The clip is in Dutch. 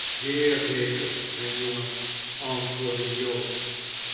zeer zeker mijn jongen antwoordde de jood